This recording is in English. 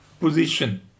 position